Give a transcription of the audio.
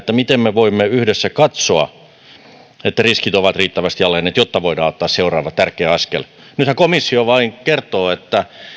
miten me voimme yhdessä katsoa että riskit ovat riittävästi alenneet jotta voidaan ottaa seuraava tärkeä askel nythän komissio vain kertoo että